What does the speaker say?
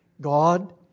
God